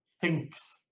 thinks